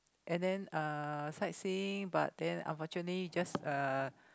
and then uh sightseeing but then unfortunately just uh